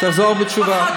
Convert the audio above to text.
תחזור בתשובה.